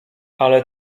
ale